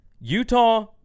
Utah